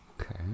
Okay